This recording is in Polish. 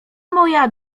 moja